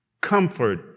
comfort